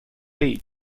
اید